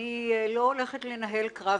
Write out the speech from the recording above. לא הולכת לנהל קרב